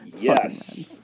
Yes